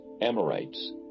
Amorites